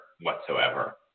whatsoever